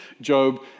Job